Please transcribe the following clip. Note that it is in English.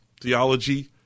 theology